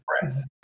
breath